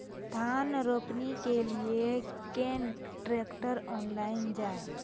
धान रोपनी के लिए केन ट्रैक्टर ऑनलाइन जाए?